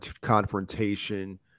confrontation